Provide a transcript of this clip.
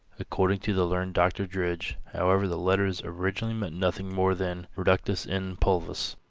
according to the learned dr. drigge, however, the letters originally meant nothing more than reductus in pulvis.